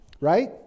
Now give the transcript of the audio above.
right